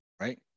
right